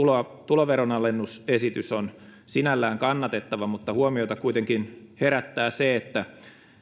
tuloveronalennusesitys on sinällään kannatettava mutta huomiota kuitenkin herättää se että